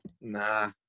nah